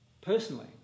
personally